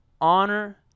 Honor